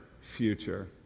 future